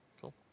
cool